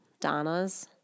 Donna's